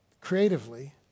creatively